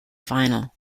final